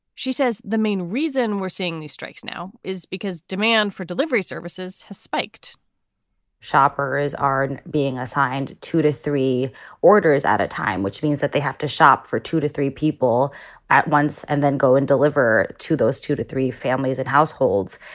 she says the main reason we're seeing these strikes now is because demand for delivery services has spiked shoppers are being assigned two to three orders at a time, which means that they have to shop for two to three people at once and then go and deliver to those two to three families and households.